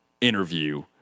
interview